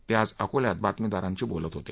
ते आज अकोला िं बातमीदारांशी बोलत होते